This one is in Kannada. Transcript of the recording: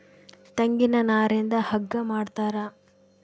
ತೆಂಗಿನ ನಾರಿಂದ ಹಗ್ಗ ಮಾಡ್ತಾರ